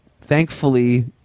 thankfully